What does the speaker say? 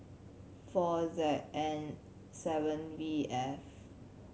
four Z N seven V F